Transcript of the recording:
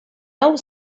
hau